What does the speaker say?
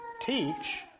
teach